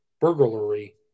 burglary